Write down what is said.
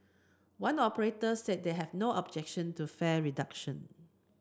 one operator said they have no objection to fare reduction